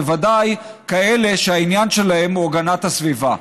בוודאי כאלה שהעניין שלהן הוא הגנת הסביבה.